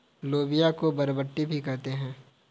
लोबिया को बरबट्टी भी कहते हैं